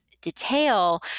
detail